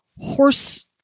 horse